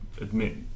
admit